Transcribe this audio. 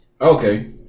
Okay